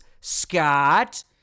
Scott